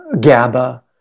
GABA